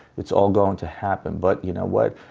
it's all going to happen, but you know what?